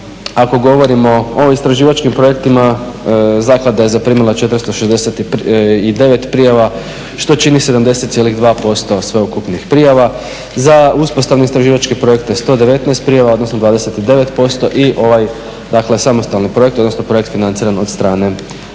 ako govorimo o istraživačkim projektima, zaklada je zaprimila 469 prijava što čini 70,2% sveukupnih prijava, za uspostavne istraživačke projekte 119 prijava, odnosno 29% i ovaj dakle samostalni projekt, odnosno projekt financiran od strane